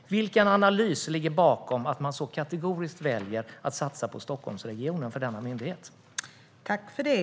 Vilken analys ligger bakom att man kategoriskt väljer att satsa på Stockholmsregionen för denna myndighet?